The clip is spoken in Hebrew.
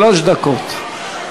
שלוש דקות.